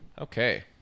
Okay